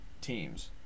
teams